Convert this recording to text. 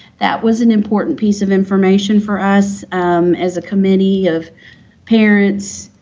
that was an important piece of information for us as a committee of parents,